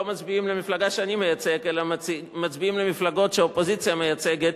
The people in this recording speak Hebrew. לא מצביעים למפלגה שאני מייצג אלא מצביעים למפלגות שהאופוזיציה מייצגת,